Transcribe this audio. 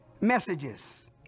messages